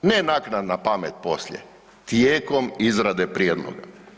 Ne naknadna pamet poslije, tijekom izrade prijedloga.